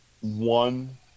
One